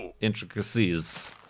intricacies